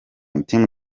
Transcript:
data